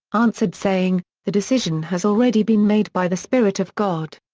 answered saying, the decision has already been made by the spirit of god.